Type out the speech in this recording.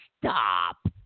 Stop